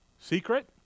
secret